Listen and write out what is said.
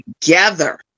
together